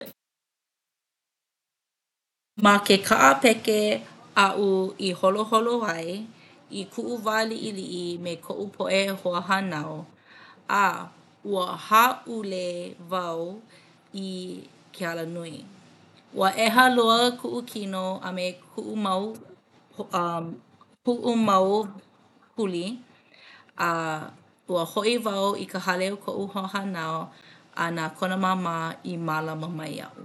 Ma ke kaʻa peke aʻu i holoholo ai i kuʻu wā liʻiliʻi me koʻu poʻe hoahānau a ua hāʻule wau i ke alanui. Ua ʻehā loa kuʻu kino a me kuʻu mau kuʻu mau kuli a ua hoʻi wau i ka hale o koʻu hoahānau a na kona māmā i mālama mai iaʻu.